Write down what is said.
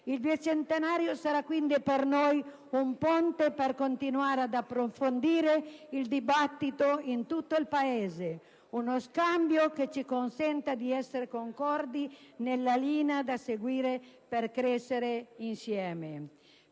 Il Bicentenario sarà quindi per noi un ponte per continuare ad approfondire il dibattito in tutto il Paese. Uno scambio che ci consenta di essere concordi nella linea da seguire per crescere insieme.